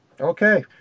okay